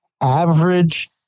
Average